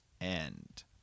End